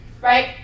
right